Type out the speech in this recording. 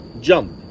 jump